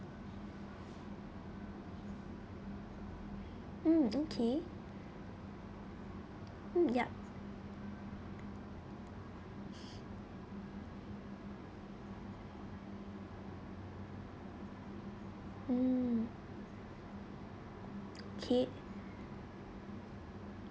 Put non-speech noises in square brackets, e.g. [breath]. mm okay mm yup [breath] mm okay